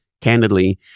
candidly